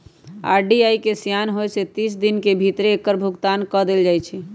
RD के सेयान होय पर तीस दिन के भीतरे एकर भुगतान क देल जाइ छइ